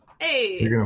hey